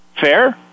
Fair